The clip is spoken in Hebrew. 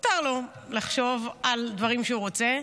מותר לו לחשוב על דברים שהוא רוצה.